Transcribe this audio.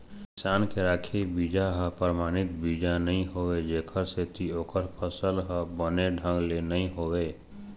किसान के राखे बिजहा ह परमानित बीजा नइ होवय जेखर सेती ओखर फसल ह बने ढंग ले नइ होवय